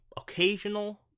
occasional